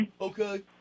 Okay